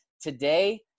today